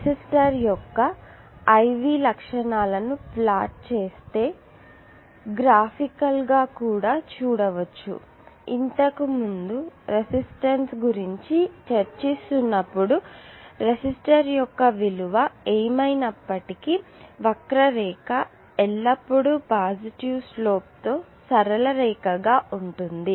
resistor యొక్క I V లక్షణాలను plot చేసి గ్రాఫికల్ గా కూడా చూడవచ్చు ఇంతకుముందు రెసిస్టెన్స్ గురించి చర్చిస్తున్నప్పుడు రెసిస్టర్ యొక్క విలువ ఏమైనప్పటికీ వక్ర రేఖ ఎల్లప్పుడూ పాజిటివ్ స్లోప్ తో సరళ రేఖ గా ఉంటుంది